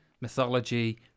mythology